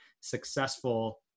successful